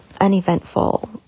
uneventful